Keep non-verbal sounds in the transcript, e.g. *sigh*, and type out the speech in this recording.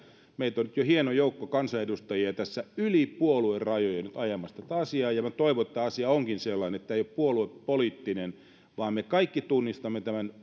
meitä on nyt jo hieno joukko kansanedustajia tässä yli puoluerajojen ajamassa tätä asiaa ja toivon että tämä asia onkin sellainen että tämä ei ole puoluepoliittinen vaan me kaikki tunnistamme tämän *unintelligible*